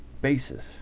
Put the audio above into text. basis